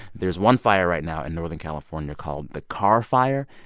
there's one fire right now in northern california called the carr fire.